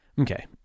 Okay